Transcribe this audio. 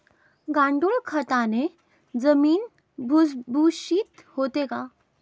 गांडूळ खताने जमीन भुसभुशीत होते का?